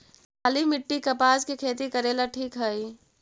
काली मिट्टी, कपास के खेती करेला ठिक हइ?